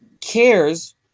cares